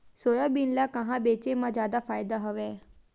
Soybean ल कहां बेचे म जादा फ़ायदा हवय?